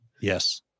Yes